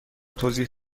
توضیح